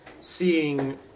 seeing